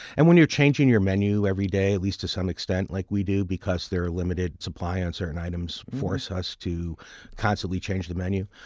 and when you're changing your menu every day, at least to some extent, like we do because their limited supply on certain items forces us to constantly change the menu,